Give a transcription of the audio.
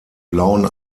blauen